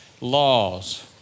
laws